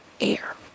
air